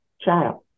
child